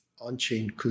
on-chain